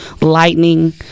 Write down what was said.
lightning